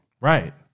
right